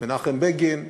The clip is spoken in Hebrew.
מנחם בגין,